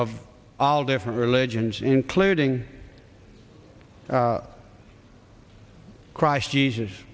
of all different religions including christ jesus